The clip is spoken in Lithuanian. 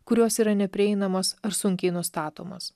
kurios yra neprieinamos ar sunkiai nustatomos